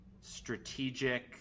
strategic